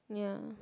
yeah